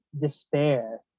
despair